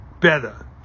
better